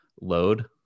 load